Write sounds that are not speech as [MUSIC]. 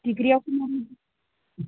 डिग्रीआ [UNINTELLIGIBLE]